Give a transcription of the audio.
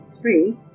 Three